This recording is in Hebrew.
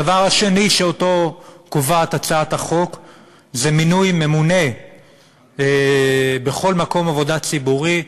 הדבר השני שהצעת החוק קובעת זה מינוי ממונה בכל מקום עבודה ציבורי,